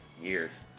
years